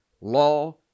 law